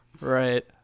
Right